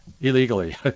illegally